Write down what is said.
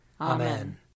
Amen